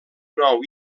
nou